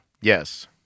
Yes